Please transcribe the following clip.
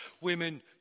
women